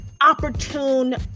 opportune